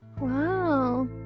Wow